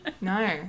no